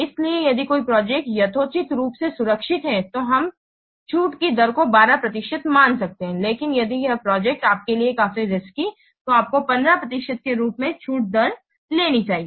इसलिए यदि कोई प्रोजेक्ट यथोचित रूप से सुरक्षित है तो हम छूट की दर को 12 प्रतिशत मान सकते हैं लेकिन यदि यह प्रोजेक्ट आपके लिए काफी रिस्की है तो आपको 15 प्रतिशत के रूप में छूट दर लेनी चाहिए